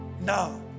Now